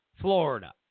Florida